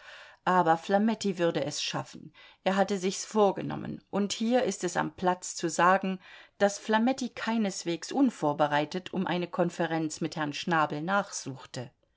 aber flametti würde es schaffen er hatte sich's vorgenommen und hier ist es am platz zu sagen daß flametti keineswegs unvorbereitet um eine konferenz mit herrn schnabel nachsuchte